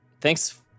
Thanks